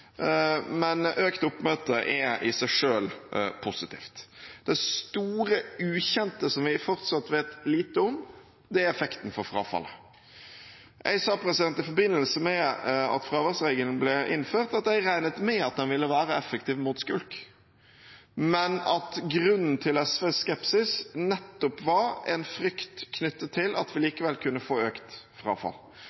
men økt oppmøte er i seg selv positivt. Det store, ukjente som vi fortsatt vet lite om, er effekten for frafall. Jeg sa i forbindelse med at fraværsregelen ble innført, at jeg regnet med at den ville være effektiv mot skulk, men at grunnen til SVs skepsis nettopp var en frykt knyttet til at vi